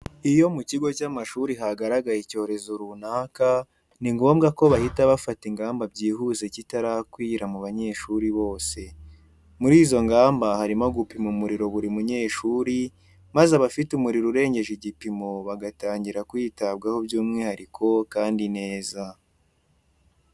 Iyo mu cyigo cy'amashuri hagaragaye icyorezo runaka ni ngombwa ko bahita bafata ingamba byihuse cyitarakwira mu banyeshuri bose. Muri izo ngamba harimo gupima umuriro buri munyeshuri maze abafite umuriro urenjyeje ijyipimo bagatanjyira kwitabwaho by'mwihariko kandi neza.